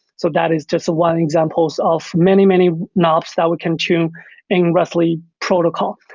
so that is just one example of many, many knobs that we can tune in rest li protocol.